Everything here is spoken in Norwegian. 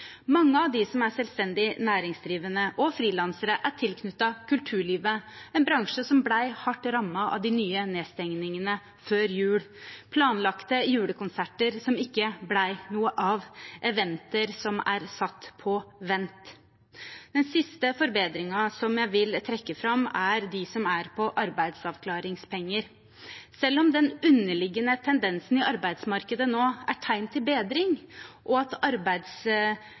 Mange av dem som er selvstendig næringsdrivende og frilansere, er tilknyttet kulturlivet, en bransje som ble hardt rammet av de nye nedstengningene før jul, med planlagte julekonserter som ikke ble noe av, og eventer som er satt på vent. Den siste forbedringen jeg vil trekke fram, gjelder arbeidsavklaringspenger. Selv om den underliggende tendensen i arbeidsmarkedet nå er tegn til bedring, og at